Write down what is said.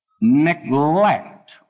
Neglect